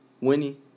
Winnie